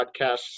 podcasts